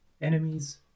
enemies